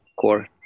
core